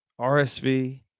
RSV